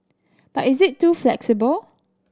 but is it too flexible